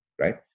right